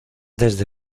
desde